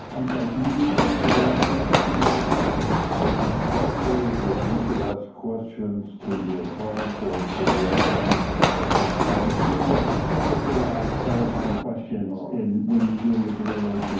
i'm sorry, can you repeat what you're asking? ah supervisor campaign. is it proper that we could ask questions to the appellant or to the applicant at this point? yeah. yes. it's it's okay to ask clarifying questions. and when you're doing your deliberations